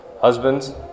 Husbands